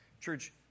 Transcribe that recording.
Church